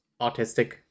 autistic